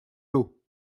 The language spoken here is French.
l’eau